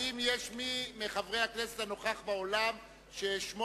האם יש מי מחברי הכנסת הנוכח באולם ששמו